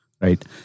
right